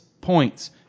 points